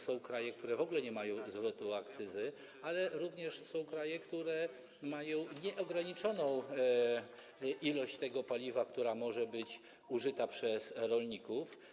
Są kraje, w których w ogóle nie ma zwrotu akcyzy, ale również są kraje, w których jest nieograniczona ilość tego paliwa, która może być użyta przez rolników.